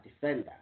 defender